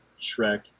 Shrek